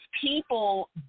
people